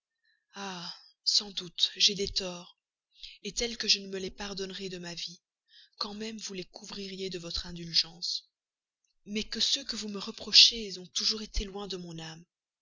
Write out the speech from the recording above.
sans doute j'ai des torts tels que je ne me les pardonnerai de ma vie quand même vous les couvririez de votre indulgence mais que ceux que vous me reprochez ont toujours été loin de mon âme